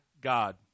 God